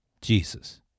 Jesus